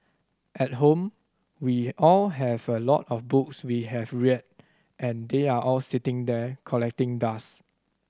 at home we all have a lot of books we have read and they are all sitting there collecting dust